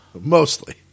Mostly